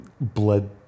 Blood